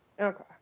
Okay